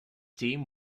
team